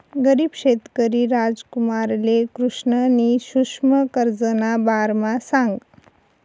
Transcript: गरीब शेतकरी रामकुमारले कृष्णनी सुक्ष्म कर्जना बारामा सांगं